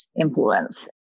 influence